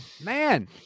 man